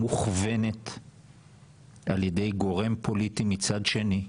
מוכוונת על ידי גורם פוליטי מצד שני,